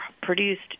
produced